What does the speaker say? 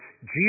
Jesus